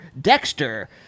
Dexter